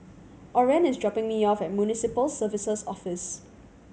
Orren is dropping me off at Municipal Services Office